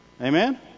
Amen